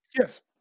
Yes